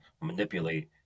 manipulate